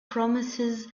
promises